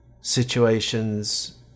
situations